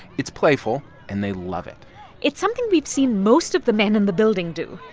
it's playful, and they love it it's something we've seen most of the men in the building do,